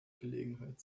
gelegenheit